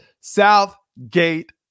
Southgate